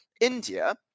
India